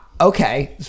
okay